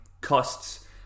costs